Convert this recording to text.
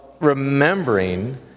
remembering